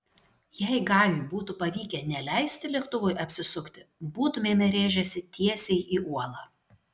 jei gajui būtų pavykę neleisti lėktuvui apsisukti būtumėme rėžęsi tiesiai į uolą